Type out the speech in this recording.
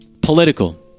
Political